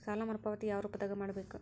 ಸಾಲ ಮರುಪಾವತಿ ಯಾವ ರೂಪದಾಗ ಮಾಡಬೇಕು?